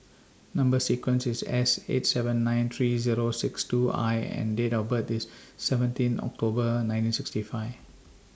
Number sequence IS S eight seven nine three Zero six two I and Date of birth IS seventeen October nineteen sixty five